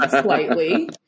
slightly